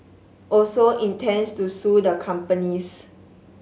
also intends to sue the companies